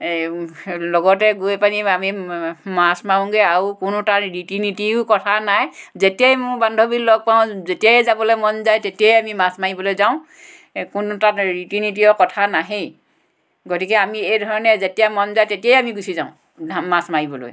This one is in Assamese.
এই লগতে গৈ পানি আমি মাছ মাৰোঁগৈ আৰু কোনো তাৰ ৰীতি নীতিও কথা নাই যেতিয়াই মোৰ বান্ধৱী লগ পাওঁ যেতিয়াই যাবলৈ মন যায় তেতিয়াই আমি মাছ মাৰিবলৈ যাওঁ কোনো তাত ৰীতি নীতিৰ কথা নাহেই গতিকে আমি এই ধৰণে যেতিয়া মন যায় তেতিয়াই আমি গুচি যাওঁ মাছ মাৰিবলৈ